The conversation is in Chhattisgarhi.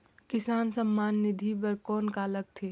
किसान सम्मान निधि बर कौन का लगथे?